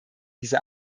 diese